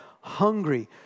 hungry